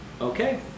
Okay